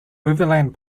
overland